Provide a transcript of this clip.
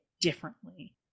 differently